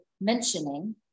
mentioning